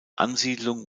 ansiedlung